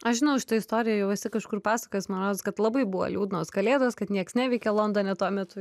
aš žinau šitą istoriją jau esi kažkur pasakojęs man rodos kad labai buvo liūdnos kalėdos kad nieks neveikia londone tuo metu